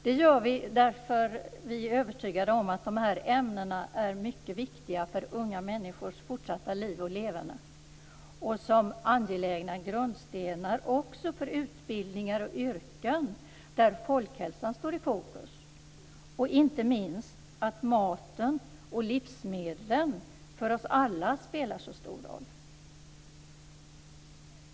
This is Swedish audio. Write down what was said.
Det gör vi därför att vi är övertygade om att de här ämnena är mycket viktiga för unga människors fortsatta liv och leverne och som angelägna grundstenar också för utbildningar och yrken där folkhälsan står i fokus, inte minst därför att maten och livsmedlen för oss alla spelar så stor roll.